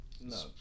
No